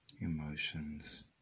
emotions